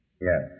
Yes